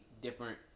different